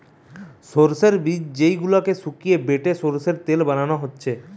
সোর্সের বীজ যেই গুলাকে শুকিয়ে বেটে সোর্সের তেল বানানা হচ্ছে